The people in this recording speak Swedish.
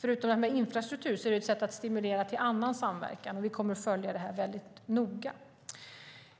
Förutom frågan om infrastruktur är det här ett sätt att stimulera till annan samverkan, och vi kommer att följa uppdraget noga.